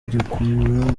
gikurura